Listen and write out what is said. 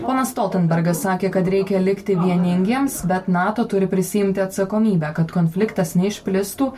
ponas stoltenbergas sakė kad reikia likti vieningiems bet nato turi prisiimti atsakomybę kad konfliktas neišplistų